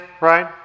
right